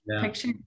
picture